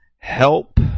Help